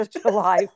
July